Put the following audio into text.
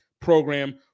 program